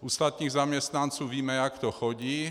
U státních zaměstnanců víme, jak to chodí.